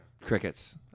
Crickets